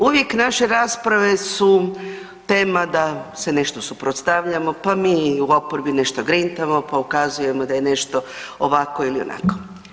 Uvijek naše rasprave su tema da se nešto suprotstavljamo, pa mi u oporbi nešto grintamo, pa ukazujemo da je nešto ovako ili onako.